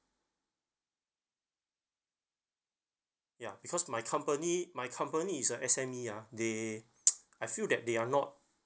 ya because my company my company is a S_M_E ah they I feel that they are not